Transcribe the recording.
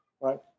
right